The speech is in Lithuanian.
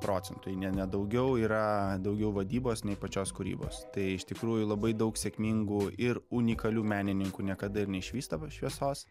procentų jei ne nedaugiau yra daugiau vadybos nei pačios kūrybos tai iš tikrųjų labai daug sėkmingų ir unikalių menininkų niekada ir neišvys tavo šviesos